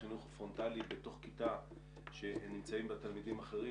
כשהחינוך הפרונטלי בתוך כיתה בתוך כיתה שנמצאים בה תלמידים אחרים,